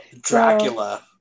Dracula